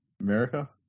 America